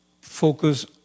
focus